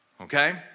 Okay